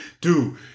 dude